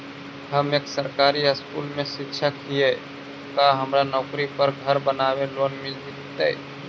हम एक सरकारी स्कूल में शिक्षक हियै का हमरा नौकरी पर घर बनाबे लोन मिल जितै?